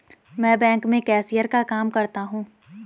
मैं बैंक में कैशियर का काम करता हूं